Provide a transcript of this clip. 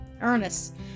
Ernest